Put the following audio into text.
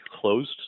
closed